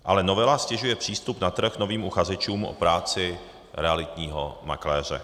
Ale novela ztěžuje přístup na trh novým uchazečům o práci realitního makléře.